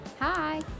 Hi